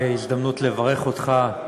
הזדמנות לברך אותך.